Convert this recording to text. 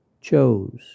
chose